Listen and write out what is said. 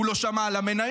הוא לא שמע על המניות,